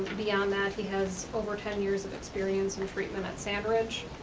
beyond that he has over ten years of experience in treatment at sand ridge.